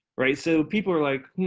right? so people are like,